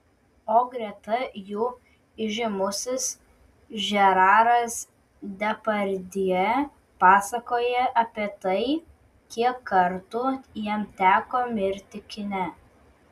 o greta jų įžymusis žeraras depardjė pasakoja apie tai kiek kartų jam teko mirti kine